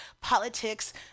politics